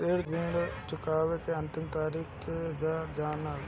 ऋण चुकौती के अंतिम तारीख केगा जानब?